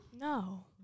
no